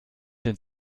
den